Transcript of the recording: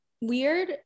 weird